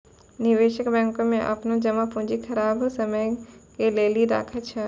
निवेशक बैंको मे अपनो जमा पूंजी खराब समय के लेली राखै छै